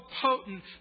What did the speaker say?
potent